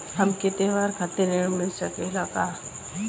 हमके त्योहार खातिर ऋण मिली का?